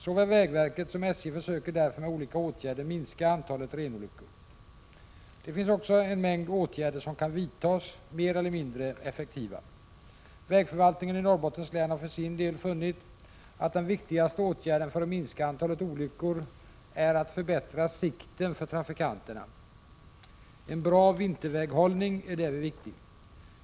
Såväl vägverket som SJ försöker därför med olika åtgärder minska antalet renolyckor. Det finns också en mängd åtgärder som kan vidtas — mer eller mindre effektiva. Vägförvaltningen i Norrbottens län har för sin del funnit att de viktigaste åtgärderna för att minska antalet olyckor är att förbättra sikten för trafikanterna. En bra vinterväghållning är därvid viktig.